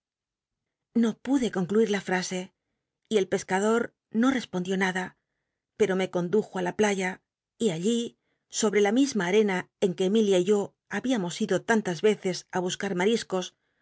no pude concluir la frase y el pescador no espondió nada pero me condujo ti la playa y all í sobre la misma arena en que emilitt y yo habíamos ido tantas yeces á buscar m